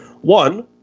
One